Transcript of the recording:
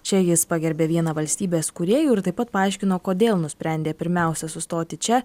čia jis pagerbė vieną valstybės kūrėjų ir taip pat paaiškino kodėl nusprendė pirmiausia sustoti čia